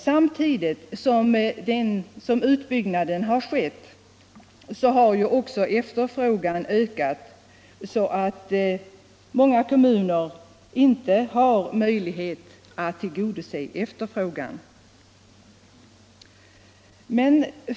Samtidigt som utbyggnaden skett har emellertid också efterfrågan ökat, så att många kommuner inte har möjlighet att tillgodose efterfrågan.